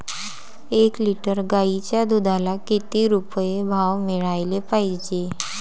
एक लिटर गाईच्या दुधाला किती रुपये भाव मिळायले पाहिजे?